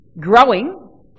growing